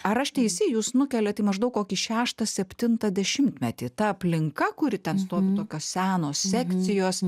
ar aš teisi jus nukeliat į maždaug kokį šeštą septintą dešimtmetį ta aplinka kuri ten stovi tokios senos sekcijos